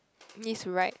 miss right